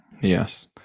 yes